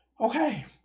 Okay